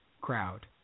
crowd